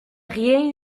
rien